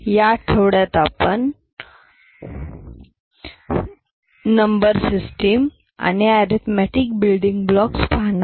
या आठवड्यात आपण नंबर सिस्टम आणि arithmetic building blocks Number System and arithmetic building blocks